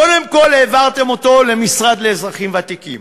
קודם העברתם אותו למשרד לאזרחים ותיקים,